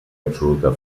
absoluta